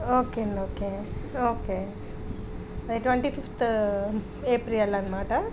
okay అండి okay okay అది twenty fifth April అన్నమాట